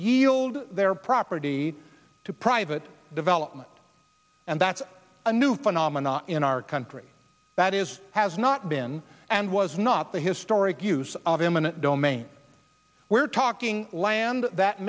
yield their property to private development and that's a new phenomenon in our country that is has not been and was not the historic use of eminent domain we're talking land that